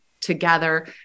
together